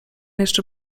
jeszcze